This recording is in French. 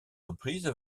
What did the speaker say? reprises